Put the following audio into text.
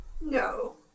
No